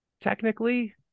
technically